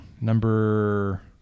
Number